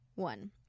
One